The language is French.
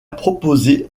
proposé